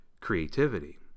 creativity